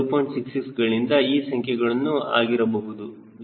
66 ಗಳಿಂದ ಈ ಸಂಖ್ಯೆಗಳು ಆಗಿರಬಹುದು 0